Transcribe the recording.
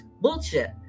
bullshit